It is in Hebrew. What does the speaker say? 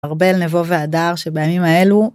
ארבל, נבו והדר שבימים האלו.